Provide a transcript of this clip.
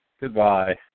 Goodbye